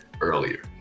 earlier